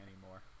anymore